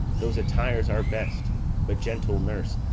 those attires are best but, gentle nurse,